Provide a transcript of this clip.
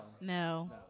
No